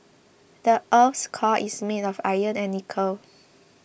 the earth's core is made of iron and nickel